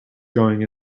going